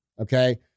Okay